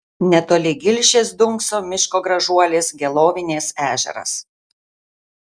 netoli gilšės dunkso miško gražuolis gelovinės ežeras